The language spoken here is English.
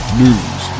news